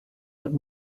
but